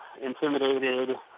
intimidated